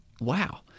Wow